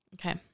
Okay